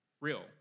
Real